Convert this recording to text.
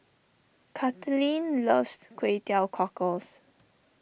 Kathaleen loves Kway Teow Cockles